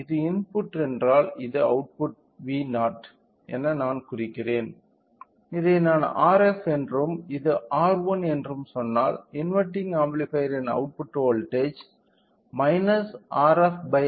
இது இன்புட் என்றால் இது அவுட்புட் V0 என நான் குறிக்கிறேன் இதை நான் Rf என்றும் இது R1 என்றும் சொன்னால் இன்வெர்ட்டிங் ஆம்பிளிபையர்ன் output voltage Rf R1 x Vin